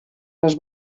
les